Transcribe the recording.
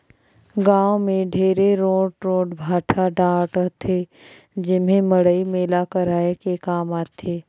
गाँव मे ढेरे रोट रोट भाठा डाँड़ रहथे जेम्हे मड़ई मेला कराये के काम आथे